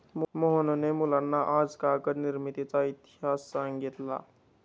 मोहनने मुलांना आज कागद निर्मितीचा इतिहास सांगितला